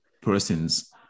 persons